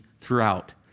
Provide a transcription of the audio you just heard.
throughout